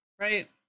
right